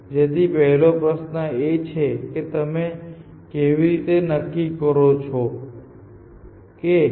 તેથી પહેલો પ્રશ્ન એ છે કે તમે કેવી રીતે નક્કી કરો છો કે નોડ હાફ વે માર્ક્સ પર છે